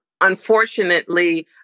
unfortunately